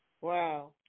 Wow